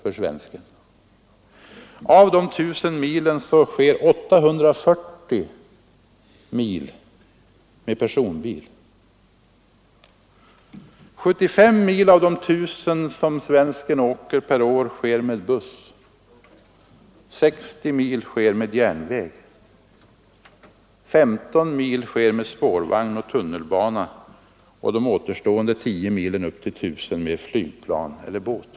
Av dessa reser han 840 mil med personbil, 75 mil med buss, 60 mil med järnväg, 15 med spårvagn och tunnelbana och de återstående 10 milen upp till I 000 mil med flygplan eller båt.